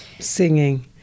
singing